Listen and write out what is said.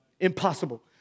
Impossible